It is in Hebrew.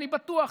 אני בטוח,